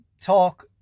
talk